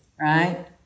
right